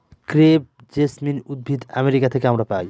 crepe jasmine উদ্ভিদ America থেকে আমরা পাই